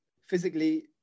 physically